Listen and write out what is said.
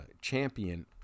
champion